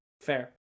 fair